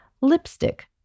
Lipstick